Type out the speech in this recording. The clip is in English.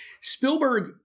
Spielberg